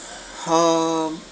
hmm